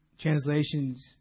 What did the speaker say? translations